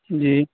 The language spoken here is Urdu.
جی